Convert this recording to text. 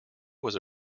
was